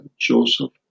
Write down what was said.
Joseph